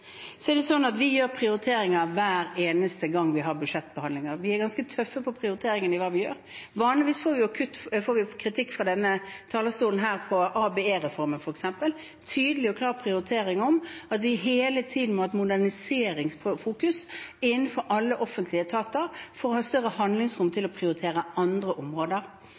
Vi foretar prioriteringer hver eneste gang vi har budsjettbehandlinger. Vi er ganske tøffe i prioriteringene av hva vi gjør. Vanligvis får vi kritikk fra denne talerstolen for ABE-reformen, f.eks. Det er en tydelig og klar prioritering av at vi hele tiden må ha et moderniseringsfokus innenfor alle offentlige etater, for å ha et større handlingsrom til å prioritere andre områder.